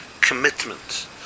commitment